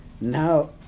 now